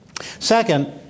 Second